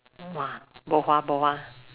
!wah! bo hua bo hua